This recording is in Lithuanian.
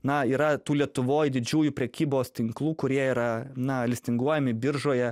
na yra tų lietuvoj didžiųjų prekybos tinklų kurie yra na listinguojami biržoje